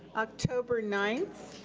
october ninth,